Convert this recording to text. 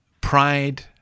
pride